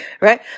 right